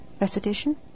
Recitation